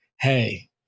hey